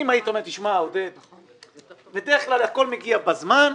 אם היית אומר שבדרך כלל הכול מגיע בזמן,